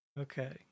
okay